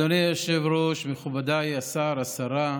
אדוני היושב-ראש, מכובדי השר, השרה,